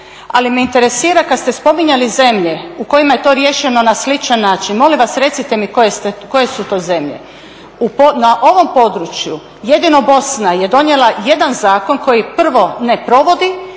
Ali me interesira kad ste spominjali zemlje u kojima je to riješeno na sličan način, molim vas recite mi koje su to zemlje. Na ovom području jedino Bosna je donijela jedan zakon koji prvo ne provodi,